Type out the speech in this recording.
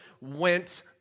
went